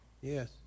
Yes